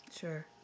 sure